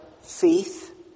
faith